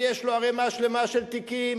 כי יש לו ערימה שלמה של תיקים,